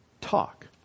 talk